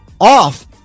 off